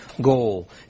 goal